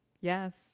Yes